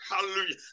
hallelujah